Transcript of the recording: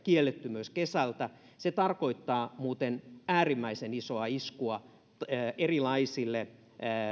kielletty myös kesältä se tarkoittaa muuten äärimmäisen isoa iskua erilaisille